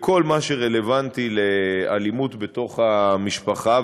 בכל מה שרלוונטי לאלימות בתוך המשפחה,